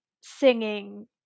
singing